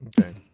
Okay